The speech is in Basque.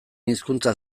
hizkuntza